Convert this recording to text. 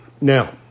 Now